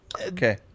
okay